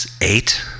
Eight